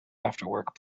afterwork